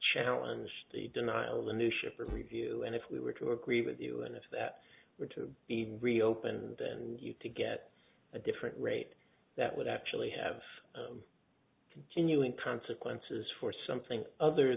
challenge the denial of a new shipper review and if we were to agree with you and if that were to be reopened then to get a different rate that would actually have continuing consequences for something other